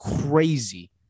crazy